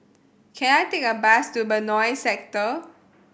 can I take a bus to Benoi Sector